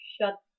shut